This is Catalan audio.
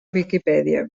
viquipèdia